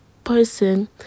person